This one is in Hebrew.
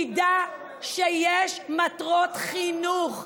תדע שיש מטרות חינוך.